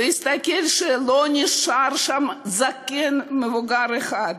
והסתכל שלא נשאר שם זקן או מבוגר אחד.